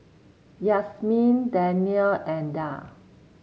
Yasmin Danial and Dhia